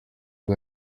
bwo